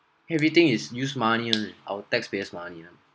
everything is use money [one] our taxpayers money ah